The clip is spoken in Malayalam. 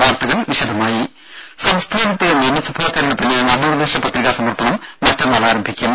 വാർത്തകൾ വിശദമായി സംസ്ഥാനത്ത് നിയമസഭാ തെരഞ്ഞെടുപ്പിന് നാമനിർദേശ പത്രികാ സമർപ്പണം മറ്റന്നാൾ ആരംഭിക്കും